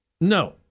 no